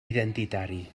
identitari